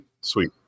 Sweet